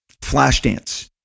Flashdance